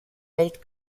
welt